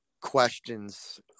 questions